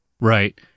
Right